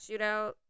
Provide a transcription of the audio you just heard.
Shootout